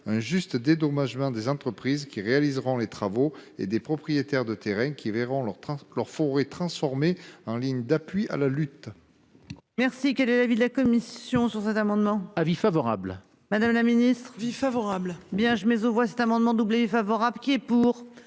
un juste dédommagement des entreprises qui réaliseront les travaux et des propriétaires de terrains qui verront leur leur. Transformées en ligne d'appui à la lutte.